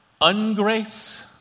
ungrace